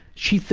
she